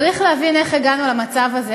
צריך להבין איך הגענו למצב הזה,